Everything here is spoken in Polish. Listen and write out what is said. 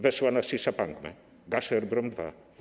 Weszła na Sziszapangmę, Gaszerbrum II.